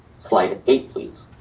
slide eight, please.